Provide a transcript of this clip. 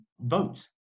vote